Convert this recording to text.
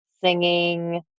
singing